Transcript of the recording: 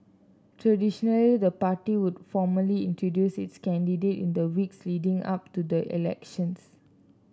traditionally the party would formally introduce its candidate in the weeks leading up to the elections